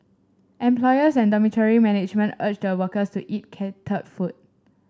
employers and dormitory management urge the workers to eat catered food